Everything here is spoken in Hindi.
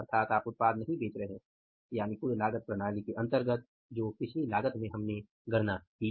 अर्थात आप उत्पाद नहीं बेच रहे हैं यानि कुल लागत प्रणाली के अंतर्गत जो पिछली लागत की हमने गणना की